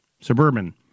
Suburban